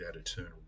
eternal